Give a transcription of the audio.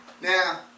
now